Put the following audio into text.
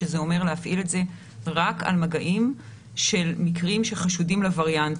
שזה אומר להפעיל את זה רק על מגעים של מקרים שחשודים לווריאנט.